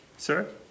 Sir